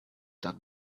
that